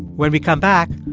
when we come back,